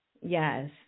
Yes